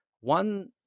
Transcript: One